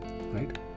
right